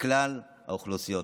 לכלל האוכלוסיות.